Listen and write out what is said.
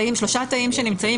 בשלושה תאים שנמצאים,